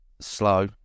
slow